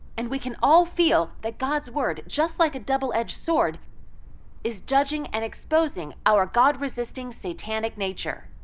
and we can all feel that god's word just like a double-edged sword is judging and exposing our god-resisting satanic nature.